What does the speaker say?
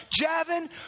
Javin